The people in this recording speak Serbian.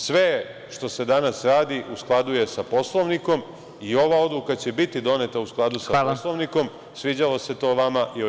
Sve što se danas radi u skladu je sa Poslovnikom i ova odluka će biti doneta u skladu sa Poslovnikom, sviđalo se to vama ili ne.